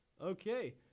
Okay